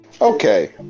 okay